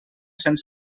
cent